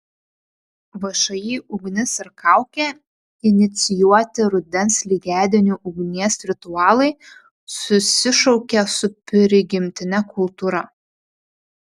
všį ugnis ir kaukė inicijuoti rudens lygiadienių ugnies ritualai susišaukia su prigimtine kultūra